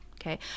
Okay